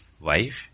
wife